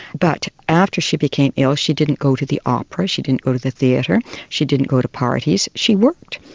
but after she became ill, she didn't go to the opera, she didn't go to the theatre, she didn't go to parties, she worked,